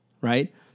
right